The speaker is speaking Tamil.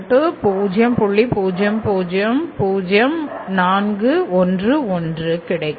000411 கிடைக்கும்